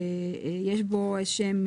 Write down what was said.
יש בו איזה שהם